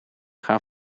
gaan